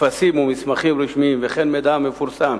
טפסים ומסמכים רשמיים וכן מידע המפורסם